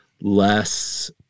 less